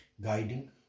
guiding